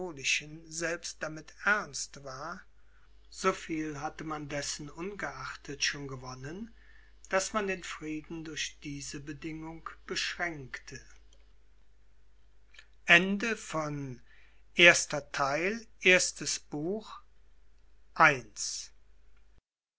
selbst damit ernst war so viel hatte man dessen ungeachtet schon gewonnen daß man den frieden durch diese bedingung beschränkte